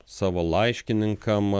savo laiškininkam